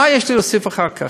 מה יש לי להוסיף אחר כך?